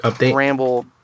ramble